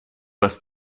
was